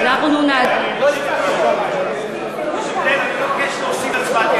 אני מבקש להוסיף את הצבעתי.